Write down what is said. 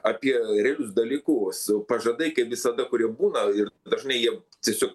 apie realius dalykus pažadai kaip visada kurie būna ir dažnai jie tiesiog